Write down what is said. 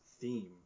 theme